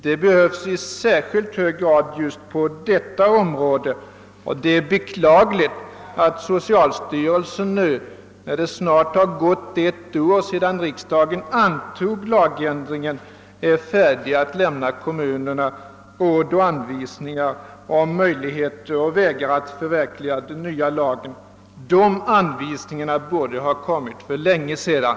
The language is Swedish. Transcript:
Det behövs i särskilt hög grad just på detta område, och det är beklagligt att socialstyrelsen först nu, när det snart har gått ett år sedan riksdagen antog lagändringen, är färdig att lämna kommunerna råd och anvisningar om möjligheter och vägar att förverkliga den nya lagen. De anvisningarna borde ha kommit för länge sedan.